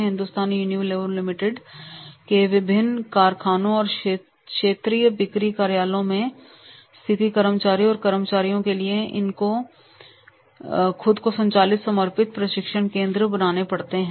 Hindustan Unilever Limited के विभिन्न कारखानों और क्षेत्रीय बिक्री कार्यालयों में स्थित कर्मचारियों और कर्मचारियों के लिए इन इकाइयों द्वारा खुद को संचालित समर्पित प्रशिक्षण केंद्र बनाने पड़ते हैं